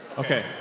Okay